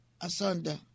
Asunder